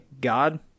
God